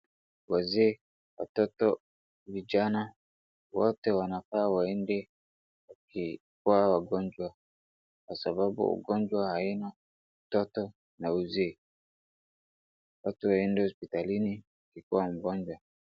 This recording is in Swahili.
Wazee, watoto, vijana wote wanafaa waende hospitali wakiwa wagonjwa, kwasababu ugonjwa haina utoto na uzee. Watu waende hospitalini ukiwa mgonjwa.